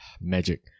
magic